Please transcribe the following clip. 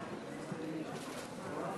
לסעיף 1(3)